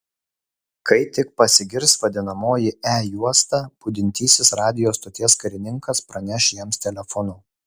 kai tik pasigirs vadinamoji e juosta budintysis radijo stoties karininkas praneš jiems telefonu